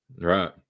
Right